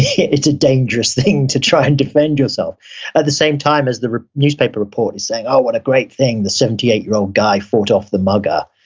it's a dangerous thing to try and defend yourself. at the same time as the newspaper report is saying, oh, what a great thing. the seventy eight year old guy fought off the mugger.